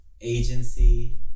agency